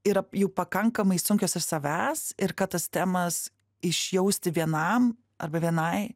yra jau pakankamai sunkios iš savęs ir kad tas temas išjausti vienam arba vienai